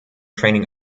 training